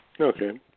Okay